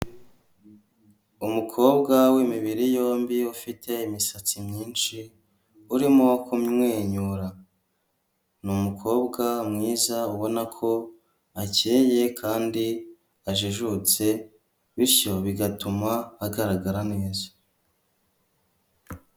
Umukobwa w'imibiri yombi, ufite imisatsi myinshi urimo kumwenyura, n'umukobwa mwiza ubona ko akeye kandi ajijutse bityo bigatuma agaragara neza.